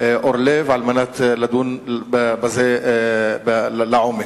אורלב על מנת לדון בזה לעומק.